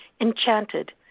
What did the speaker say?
enchanted